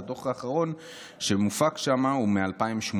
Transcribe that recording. אז הדוח האחרון שהופק שם הוא מ-2018.